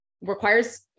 requires